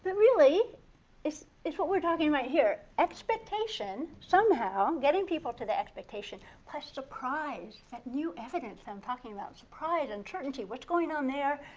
really it's it's what we're talking about here. expectation, somehow, getting people to the expectation plus surprise, that new evidence that i'm talking about, surprise, uncertainty, what is going on there.